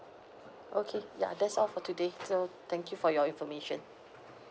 okay ya that's all for today so thank you for your information